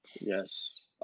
Yes